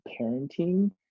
parenting